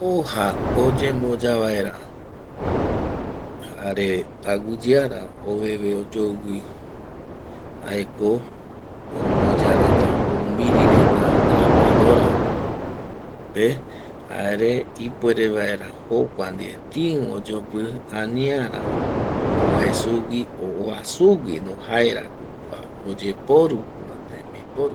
Hoja oyemboya vaera jare aguiyeara oveve oyoigui jaeko omboya reta oumbiri reta grapadorape jare ipuere vaera jokua ndie tii oyopi aniara oe sugui o oa suguino, jaerako kua oyeporu kua tembiporu